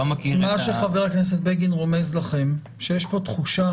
מה שחבר הכנסת בגין רומז לכם זה שיש פה תחושה